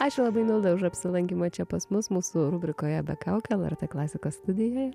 ačiū labai milda už apsilankymą čia pas mus mūsų rubrikoje be kaukių lrt klasikos studijoje